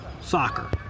soccer